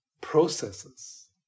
processes